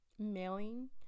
mailing